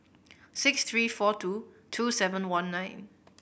six three four two two seven one nine